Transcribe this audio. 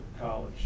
college